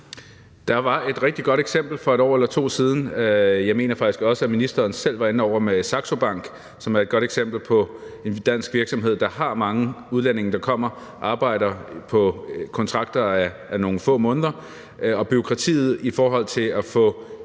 Der var et rigtig godt eksempel for 1 år eller 2 år siden. Jeg mener faktisk også, at ministeren selv var inde over det i forhold til Saxo Bank, som er et godt eksempel på en dansk virksomhed, der har mange udlændinge, der kommer og arbejder på kontrakter a nogle få måneder. Og bureaukratiet i forhold til at få